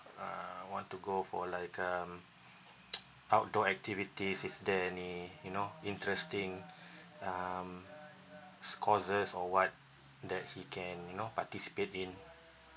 uh want to go for like um outdoor activities is there any you know interesting um causes or [what] that he can you know participate in